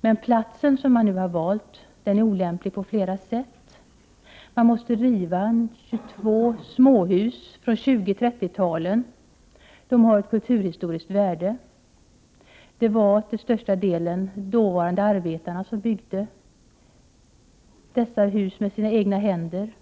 men platsen som man nu har valt är olämplig på flera sätt. Man måste riva 22 småhus från 1920 och 1930-talen, vilka har kulturhistoriskt värde. Det var till största delen de dåvarande arbetarna som byggde dessa hus med sina egna händer.